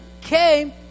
came